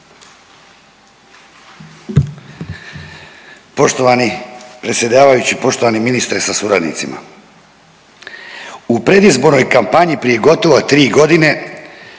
Poštovani predsjedavajući, poštovani ministre sa suradnicima. U predizbornoj kampanji prije gotovo tri godine